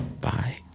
Bye